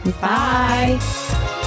Bye